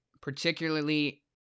particularly